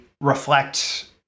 reflect